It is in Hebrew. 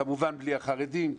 כמובן בלי החרדים,